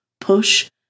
push